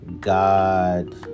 God